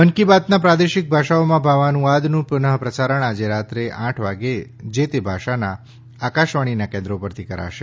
મન કી બાતના પ્રાદેશિક ભાષાઓમાં ભાવાનુવાદનું પુનઃ પ્રસારણ આજે રાત્રે આઠ વાગે જે તે ભાષાના આકાશવાણીના કેન્દ્રો પરથી કરાશે